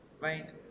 Right